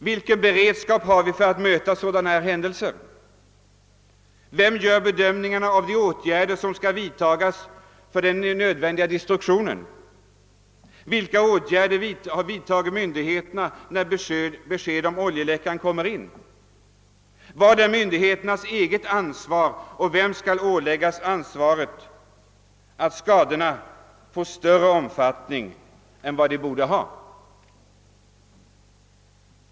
Vilken beredskap har vi för att klara dylika händelser? Vem bedömer vad som skall göras för att utföra den nödvändiga destruktionen? Vilka åtgärder vidtar myndigheterna när besked om en oljeläcka kommer in? Vilket är myndigheternas eget ansvar och vem skall åläggas ansvaret för att skadorna får större omfattning än de borde få?